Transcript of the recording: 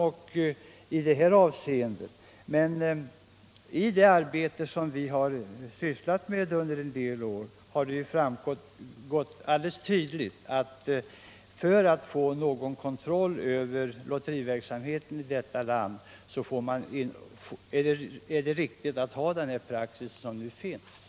Av det arbete vi bedrivit under en del år har det framgått att det är riktigt att ha den praxis som nu tillämpas för att få någon kontroll av lotteriverksamheten här i landet.